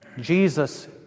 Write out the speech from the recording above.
Jesus